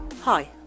Hi